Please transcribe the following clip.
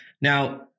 Now